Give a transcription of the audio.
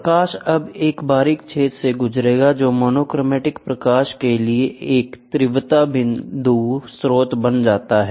प्रकाश अब एक बारीक छेद से गुजरेगा जो मोनोक्रोमैटिक प्रकाश के लिए एक तीव्रता बिंदु स्रोत बनाता है